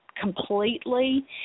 completely